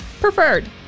Preferred